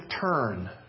turn